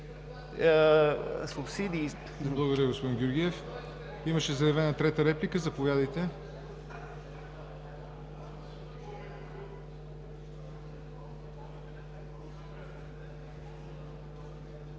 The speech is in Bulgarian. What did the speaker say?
Ви, господин Георгиев. Имаше заявена трета реплика. Заповядайте.